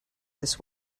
this